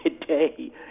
today